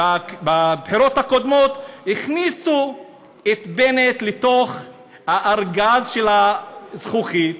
בבחירות הקודמות הכניסו את בנט לתוך ארגז של זכוכית,